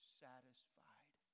satisfied